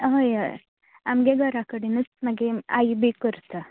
हय हय आमगे घरा कडेनूच म्हागे आई बी करता